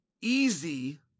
easy